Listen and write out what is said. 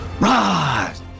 rise